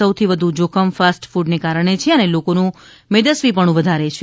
સૌથી વધુ જોખમ ફાસ્ટ ફડને કારણે છે અને લોકોનું મેદસ્વીપણું વધારે છે